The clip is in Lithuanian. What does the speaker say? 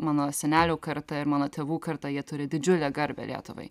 mano senelių karta ir mano tėvų karta jie turi didžiulę garbę lietuvai